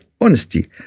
honesty